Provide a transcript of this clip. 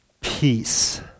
Peace